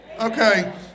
Okay